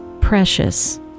precious